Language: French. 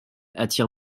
attire